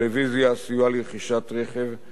סיוע ברכישת רכב ועוד.